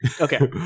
Okay